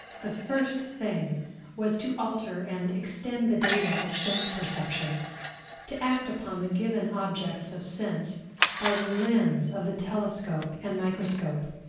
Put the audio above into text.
the first thing was to alter and extend the data of sense perception to act upon the given objects of sense by the lens of the telescope and microscope,